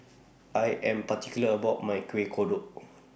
I Am particular about My Kuih Kodok